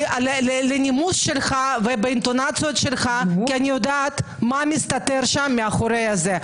לנימוס שלך ובאינטונציות שלך כי אני יודע מה מסתתר שם מאחורי זה.